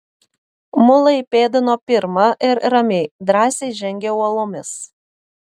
mulai pėdino pirma ir ramiai drąsiai žengė uolomis